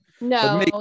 No